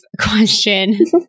question